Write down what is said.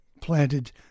planted